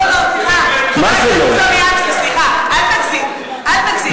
סליחה, חבר הכנסת ניסן סלומינסקי, אל תגזים.